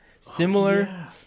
similar